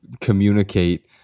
communicate